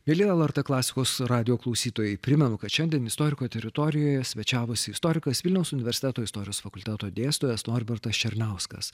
mieli lrt klasikos radijo klausytojai primenu kad šiandien istoriko teritorijoje svečiavosi istorikas vilniaus universiteto istorijos fakulteto dėstytojas norbertas černiauskas